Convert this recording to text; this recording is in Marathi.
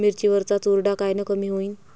मिरची वरचा चुरडा कायनं कमी होईन?